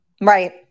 Right